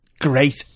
great